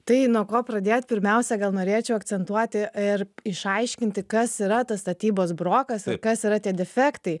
tai nuo ko pradėt pirmiausia gal norėčiau akcentuoti ir išaiškinti kas yra tas statybos brokas ir kas yra tie defektai